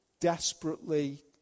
desperately